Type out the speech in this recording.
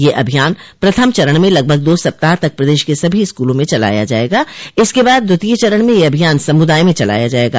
यह अभियान प्रथम चरण में लगभग दो सप्ताह तक प्रदेश के सभी स्कूलों में चलाया जायेगा इसके बाद द्वितीय चरण में यह अभियान समुदाय में चलाया जायेगा